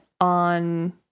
on